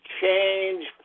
change